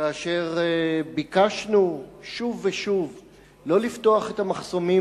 כאשר ביקשנו שוב ושוב לא לפתוח את המחסומים